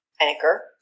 anchor